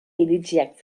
iritsiak